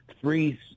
three